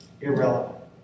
irrelevant